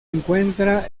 encuentra